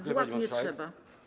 Z ław nie trzeba.